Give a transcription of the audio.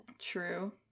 true